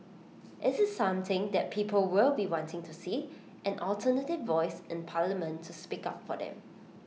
IT is something that people will be wanting to see an alternative voice in parliament to speak up for them